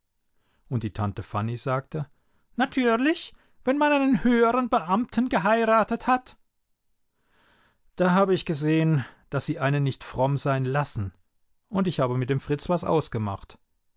und die tante fanny sagte natürlich wenn man einen höheren beamten geheiratet hat da habe ich gesehen daß sie einen nicht fromm sein lassen und ich habe mit dem fritz was ausgemacht